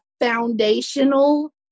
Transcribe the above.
foundational